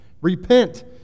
Repent